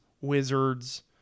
Wizards